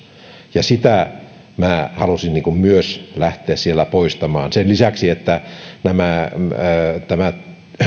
ja sitä minä myös halusin lähteä siellä poistamaan sen lisäksi tämä